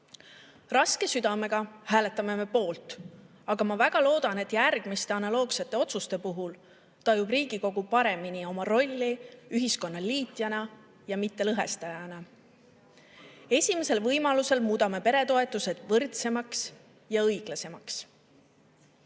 "Raske südamega hääletame me poolt, aga ma väga loodan, et Riigikogu tajub järgmiste analoogsete otsuste puhul paremini ja täpsemalt oma rolli ühiskonna liitjana ja mitte lõhestajana. [---] Esimesel võimalusel muudame peretoetused võrdsemaks ja õiglasemaks."